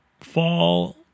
Fall